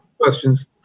questions